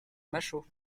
machault